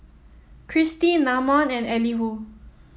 Kristi Namon and Elihu